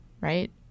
right